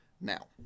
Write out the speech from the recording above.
now